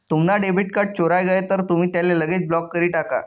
तुम्हना debit card चोराय गय तर तुमी त्याले लगेच ब्लॉक करी टाका